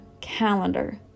calendar